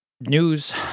news